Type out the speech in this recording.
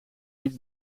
niet